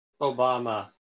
Obama